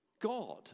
God